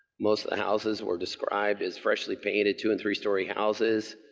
most houses were described as freshly painted two and three story houses.